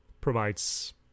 provides